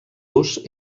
los